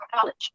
college